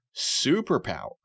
superpower